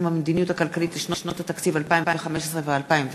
המדיניות הכלכלית לשנות התקציב 2015 ו-2016),